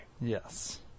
Yes